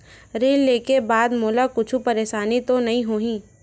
ऋण लेके बाद मोला कुछु परेशानी तो नहीं होही?